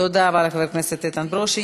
תודה רבה לחבר הכנסת איתן ברושי.